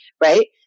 right